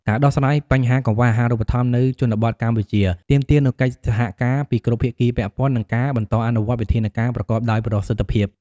ការដោះស្រាយបញ្ហាកង្វះអាហារូបត្ថម្ភនៅជនបទកម្ពុជា ទាមទារនូវកិច្ចសហការពីគ្រប់ភាគីពាក់ព័ន្ធ និងការបន្តអនុវត្តវិធានការប្រកបដោយប្រសិទ្ធភាព។